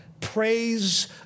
praise